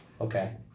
Okay